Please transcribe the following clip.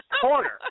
corner